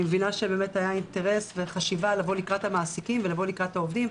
אני מבינה שהיו אינטרס וחשיבה לבוא לקראת המעסיקים והעובדים,